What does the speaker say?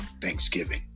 Thanksgiving